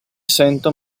sento